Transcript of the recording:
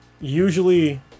usually